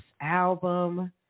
album